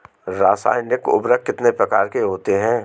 रासायनिक उर्वरक कितने प्रकार के होते हैं?